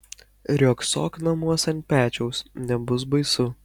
riogsok namuos ant pečiaus nebus baisu